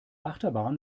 achterbahn